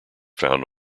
found